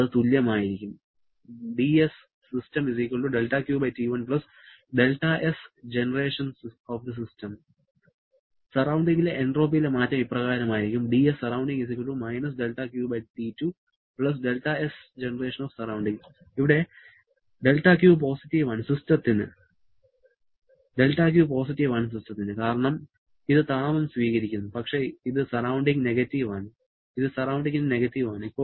അത് തുല്യമായിരിക്കും സറൌണ്ടിങിലെ എൻട്രോപ്പി മാറ്റം ഇപ്രകാരമായിരിക്കും ഇവിടെ δQ പോസിറ്റീവ് ആണ് സിസ്റ്റത്തിന് കാരണം ഇത് താപം സ്വീകരിക്കുന്നു പക്ഷേ ഇത് സറൌണ്ടിങ്ങിന് നെഗറ്റീവ് ആണ്